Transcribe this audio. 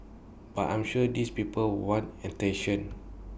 but I'm sure these people want attention